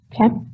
Okay